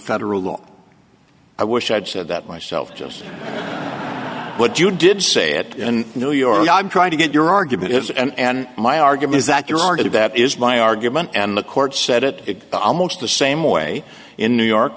federal law i wish i'd said that myself just what you did say it in new york i'm trying to get your argument is and my argument is that you argue that is my argument and the court said it almost the same way in new york